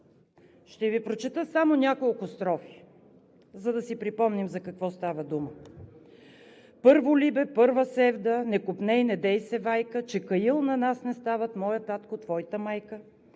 Ще Ви прочета само няколко строфи, за да си припомним за какво става дума: „Първо либе, първа севдо, не копней, недей се вайка, Че каил за нас не стават моя татко, твойта майка.